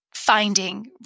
finding